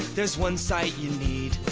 there's one site you need.